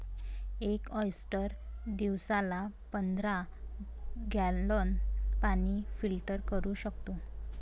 एक ऑयस्टर दिवसाला पंधरा गॅलन पाणी फिल्टर करू शकतो